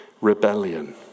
rebellion